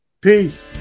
peace